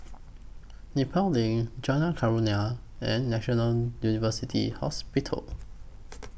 Nepal LINK Jalan Kurnia and National University Hospital